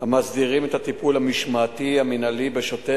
המסדירים את הטיפול המשמעתי-המינהלי בשוטר